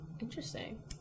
Interesting